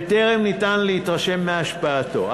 וטרם אפשר להתרשם מהשפעתו.